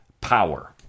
power